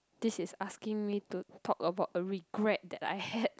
this is asking me to talk about a regret that I had